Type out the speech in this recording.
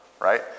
right